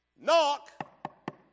knock